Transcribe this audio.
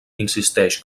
insisteix